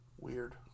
Weird